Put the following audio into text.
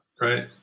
Right